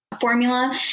Formula